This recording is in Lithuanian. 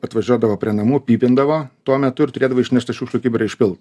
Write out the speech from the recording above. atvažiuodavo prie namų pypindavo tuo metu ir turėdavai išnešti šiukšlių kibirą išpilt